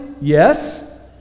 Yes